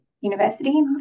university